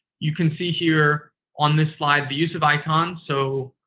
you can see here on this slide the use of icons. so,